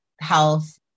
health